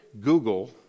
Google